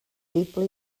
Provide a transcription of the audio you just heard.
deeply